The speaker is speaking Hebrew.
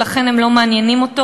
ולכן הם לא מעניינים אותו.